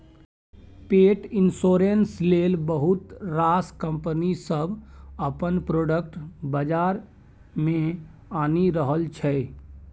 पेट इन्स्योरेन्स लेल बहुत रास कंपनी सब अपन प्रोडक्ट बजार मे आनि रहल छै